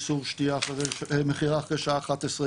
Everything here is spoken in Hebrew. איסור מכירה אחרי השעה 11,